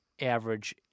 average